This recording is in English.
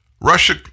Russia